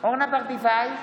אורנה ברביבאי,